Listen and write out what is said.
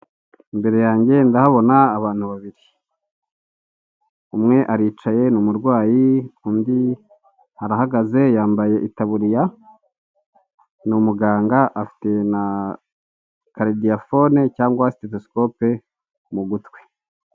Imbere yanjye ndahabona abantu babiri, umwe aricaye ni umurwayi undi arahagaze yambaye itaburiya ni umuganga afite na karidiyafone cyangwa satadisikope mu gutwi.